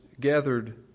gathered